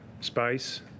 space